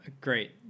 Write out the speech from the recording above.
great